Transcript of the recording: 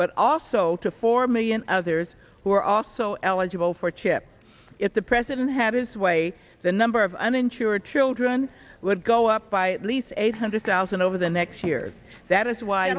but also to four million others who are also eligible for chip if the president had his way the number of uninsured children would go up by at least eight hundred yes and over the next year that is why